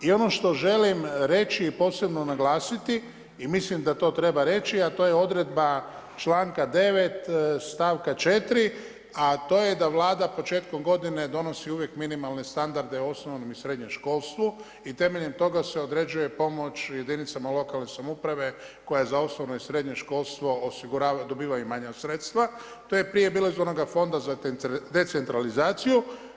I ono što želim reći i posebno naglasiti i mislim da to treba reći a to je odredba članka 9. stavka 4. a to je da Vlada početkom godine donosi uvijek minimalne standarde osnovnom i srednjem školstvu i temeljem toga se određuje pomoć jedinicama lokalne samouprave koje za osnovno i srednje školstvo dobivaju manja sredstava, to je prije bilo iz onoga fonda za decentralizaciju.